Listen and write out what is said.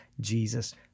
Jesus